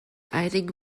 einigen